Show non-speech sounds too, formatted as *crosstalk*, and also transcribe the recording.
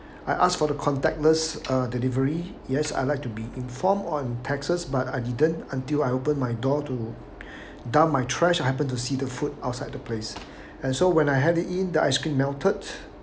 I ask for the contactless uh delivery yes I'd like to be informed on texts but I didn't until I opened my door to *breath* dump my trash I happened to see the food outside the place and so when I had it in the ice cream melted